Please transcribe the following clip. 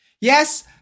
Yes